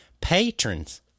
Patrons